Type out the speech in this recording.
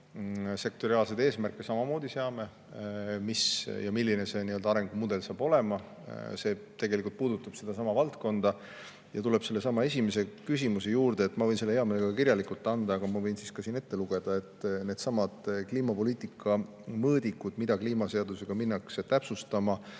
sektoriaalseid eesmärke, mis ja milline see arengumudel saab olema. See tegelikult puudutab sedasama valdkonda ja tuleb sellesama esimese küsimuse juurde. Ma võin selle hea meelega kirjalikult anda, aga ma võin ka siin ette lugeda needsamad kliimapoliitika mõõdikud, mida kliimaseadusega minnakse täpsustama